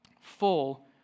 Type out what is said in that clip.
Full